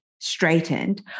straightened